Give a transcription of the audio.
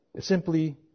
Simply